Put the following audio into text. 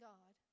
God